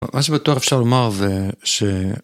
מה שבטוח אפשר לומר זה ש...